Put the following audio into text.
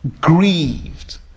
grieved